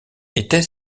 était